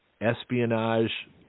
espionage